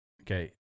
Okay